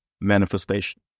manifestation